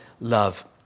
love